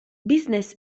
business